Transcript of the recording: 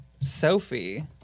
Sophie